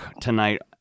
tonight